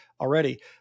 already